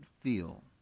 feel